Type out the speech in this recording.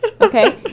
okay